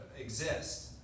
exist